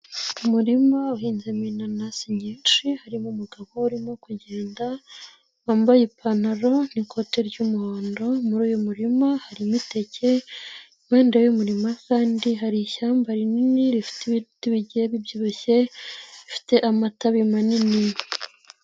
Umurima uhinze mo inanasi nyinshi harimo umugabo urimo kugenda, wambaye ipantaro n'ikote ry'umuhondo, muri uyu murima harimo iteke impande y'uyu murima kandi hari ishyamba rinini rifite ibiti bigiye bibyibushye bifite amatabe manini.